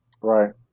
Right